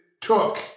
took